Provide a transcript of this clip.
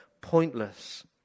pointless